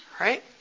right